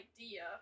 idea